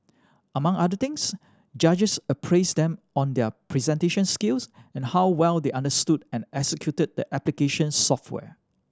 among other things judges appraised them on their presentation skills and how well they understood and executed the application software